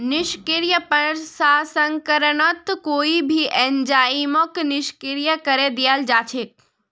निष्क्रिय प्रसंस्करणत कोई भी एंजाइमक निष्क्रिय करे दियाल जा छेक